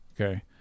Okay